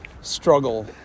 Struggle